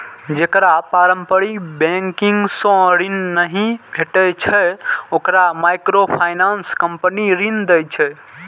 जेकरा पारंपरिक बैंकिंग सं ऋण नहि भेटै छै, ओकरा माइक्रोफाइनेंस कंपनी ऋण दै छै